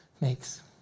makes